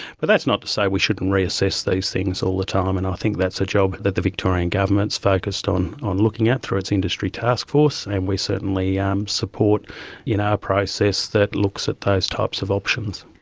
but that's not to say we shouldn't reassess those things all the time and i think that's a job that the victorian government is focused on on looking at through its industry taskforce, and we certainly um support you know a process that looks at those types of options.